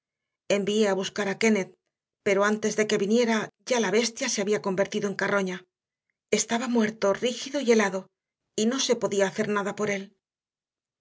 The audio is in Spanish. envié a buscar a kennett pero antes de que viniera ya la bestia se había convertido en carroña estaba muerto rígido y helado y no se podía hacer nada por él